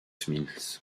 smith